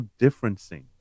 differencing